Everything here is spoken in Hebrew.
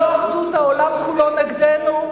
לא אחדות העולם כולו נגדנו,